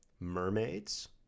Mermaids